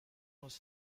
was